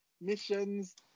missions